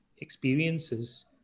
experiences